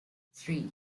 three